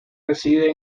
reside